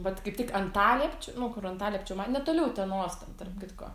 vat kaip tik antaliepčių nu kur antaliepčių ma netoli utenos tarp kitko